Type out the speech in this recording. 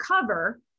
cover